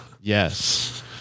Yes